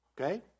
Okay